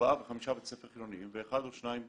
ארבעה וחמישה בתי ספר חילוניים ואחד או שניים דתיים.